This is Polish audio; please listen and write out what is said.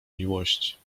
miłość